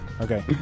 okay